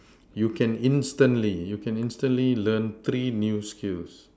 you can instantly you can instantly learn three new skills